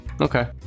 okay